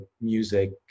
music